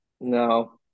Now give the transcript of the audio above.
No